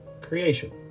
creation